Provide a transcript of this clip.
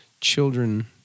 children